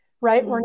right